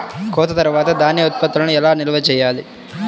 కోత తర్వాత ధాన్య ఉత్పత్తులను ఎలా నిల్వ చేయాలి?